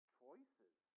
choices